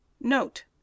Note